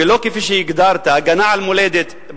ולא כפי שהגדרת הגנה על מולדת.